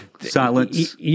Silence